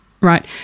Right